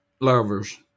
lovers